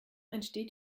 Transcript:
entsteht